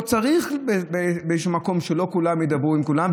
וצריך באיזשהו מקום שלא כולם ידברו עם כולם,